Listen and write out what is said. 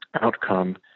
Outcome